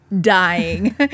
dying